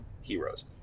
Heroes